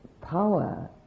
power